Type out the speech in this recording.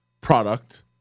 product